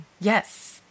Yes